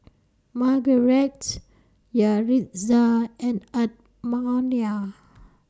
Margarett Yaritza and Edmonia